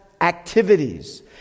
activities